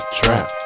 trap